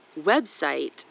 website